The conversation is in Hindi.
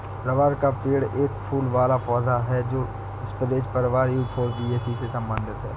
रबर का पेड़ एक फूल वाला पौधा है जो स्परेज परिवार यूफोरबियासी से संबंधित है